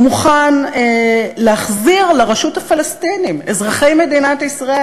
הוא מוכן להחזיר לרשות הפלסטינית אזרחי מדינת ישראל,